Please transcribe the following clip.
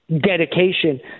dedication